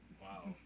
Wow